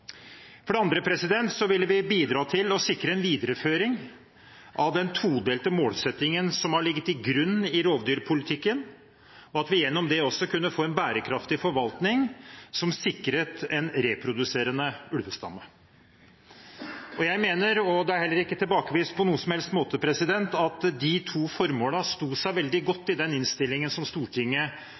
på den andre. For det andre ville vi bidra til å sikre videreføring av den todelte målsettingen som har ligget til grunn i rovdyrpolitikken, og at vi gjennom det kunne få en bærekraftig forvaltning, som sikret en reproduserende ulvestamme. Jeg mener – og det er heller ikke tilbakevist på noen som helst måte – at de to formålene sto veldig godt i den innstillingen som Stortinget